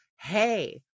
hey